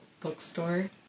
bookstore